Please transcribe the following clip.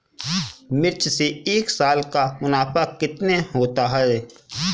मिर्च से एक साल का मुनाफा कितना होता है?